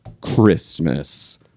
Christmas